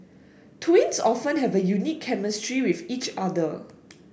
twins often have a unique chemistry with each other